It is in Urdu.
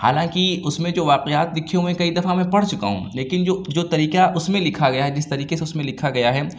حالاں کہ اُس میں جو واقعات لکھے ہوئے ہیں کئی دفع میں میں پڑھ چُکا ہوں لیکن جو جو طریقہ اُس میں لکھا گیا ہے جس طریقے سے اُس میں لکھا گیا ہے